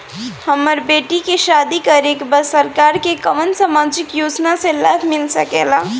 हमर बेटी के शादी करे के बा सरकार के कवन सामाजिक योजना से लाभ मिल सके ला?